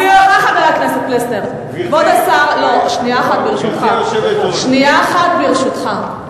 גברתי היושבת-ראש, שנייה אחת, ברשותך.